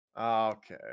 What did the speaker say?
okay